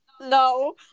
No